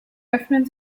öffnen